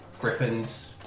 griffins